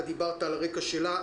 דיברת על הרקע שלה.